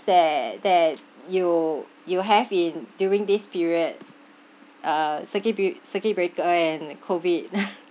that that you you have in during this period uh circuit bre~ circuit breaker and COVID